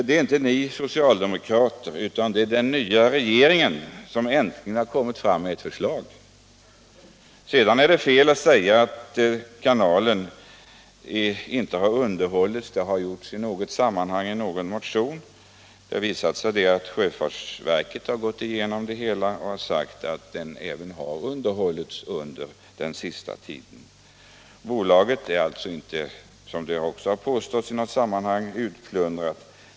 Det är inte ni socialdemokrater utan det är den nya regeringen som äntligen har lagt fram ett förslag. Sedan är det fel att säga att kanalen inte har underhållits — vilket har sagts i något sammanhang i någon motion. Sjöfartsverket har gjort en genomgång och sagt att den har underhållits även under den senaste tiden. Bolaget är alltså inte, som det påståtts i något sammanhang, utplundrat.